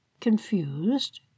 Confused